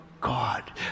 God